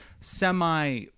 semi